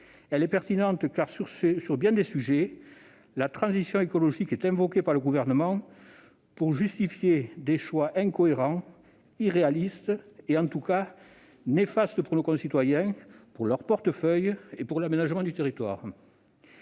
est pertinente : en effet, sur bien des sujets, la transition écologique est invoquée par le Gouvernement pour justifier des choix incohérents, irréalistes et au final néfastes pour nos concitoyens, pour leur portefeuille et pour l'aménagement du territoire.